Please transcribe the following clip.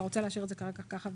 אתה רוצה להשאיר את זה כרגע ככה?